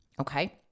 Okay